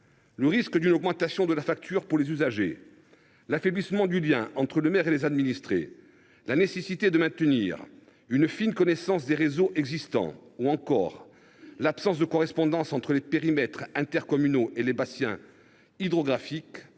Le risque d’une augmentation de la facture pour les usagers, l’affaiblissement du lien entre le maire et ses administrés, la nécessité de maintenir une fine connaissance des réseaux existants, ou encore l’absence de correspondance entre les périmètres intercommunaux et les bassins hydrographiques